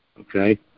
Okay